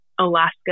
Alaska